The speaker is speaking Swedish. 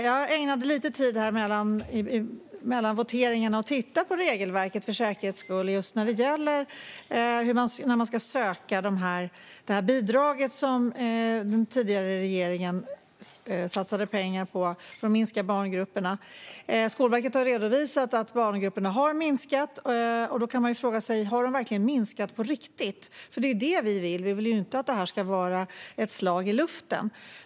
Jag ägnade lite tid mellan voteringarna åt att - för säkerhets skull - titta på regelverket när det gäller hur man ska söka det bidrag som den tidigare regeringen satsade pengar på för att minska barngrupperna. Skolverket har redovisat att barngrupperna har minskat, men man kan fråga sig om de verkligen har minskat på riktigt. Det är det vi vill; vi vill ju inte att detta ska vara ett slag i luften.